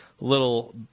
little